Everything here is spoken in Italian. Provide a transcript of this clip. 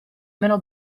meno